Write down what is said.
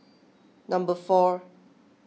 number four